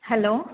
hello